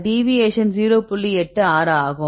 86 ஆகும்